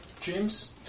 James